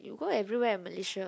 we go everywhere in Malaysia